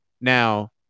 now